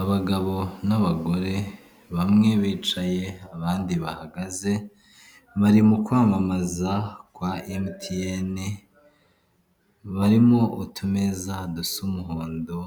Abagabo n'abagore bamwe bicaye abandi bahagaze bari mu kwamamaza kwa Emutiyene, barimo utumeza dusa umuhondo,